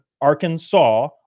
arkansas